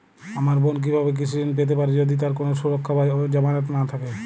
আমার বোন কীভাবে কৃষি ঋণ পেতে পারে যদি তার কোনো সুরক্ষা বা জামানত না থাকে?